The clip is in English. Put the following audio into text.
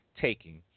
taking